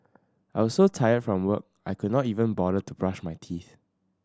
I was so tired from work I could not even bother to brush my teeth